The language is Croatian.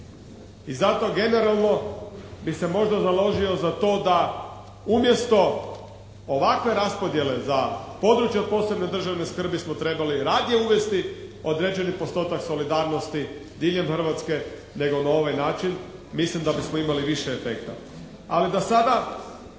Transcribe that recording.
I zato generalno bi se možda založio za to da umjesto ovakve raspodjele za područja od posebne državne skrbi smo trebali radije uvesti određeni postotak solidarnosti diljem Hrvatske nego na ovaj način, mislim da bismo imali više efekta.